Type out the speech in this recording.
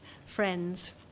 friends